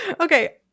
Okay